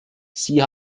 sie